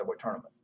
tournament